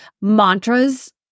mantras